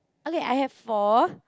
okay I have four